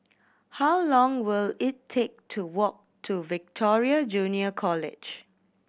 how long will it take to walk to Victoria Junior College